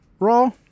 Raw